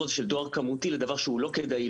הזה של דואר כמותי לדבר שהוא לא כדאי,